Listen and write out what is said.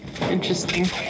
Interesting